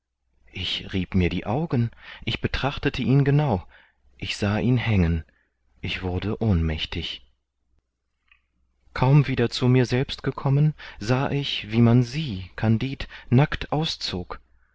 ich rieb mir die augen ich betrachtete ihn genau ich sah ihn hängen ich wurde ohnmächtig kaum wieder zu mir selbst gekommen sah ich wie man sie kandid nackt auszog